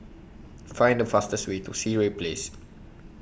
Find The fastest Way to Sireh Place